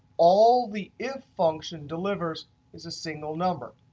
all the if function delivers is a single number.